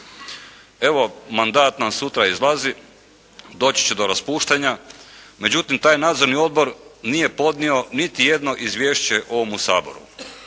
Evo mandat nam sutra izlazi, doći će do raspuštanja. Međutim taj nadzorni odbor nije podnio niti jedno izvješće ovome Saboru